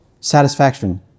satisfaction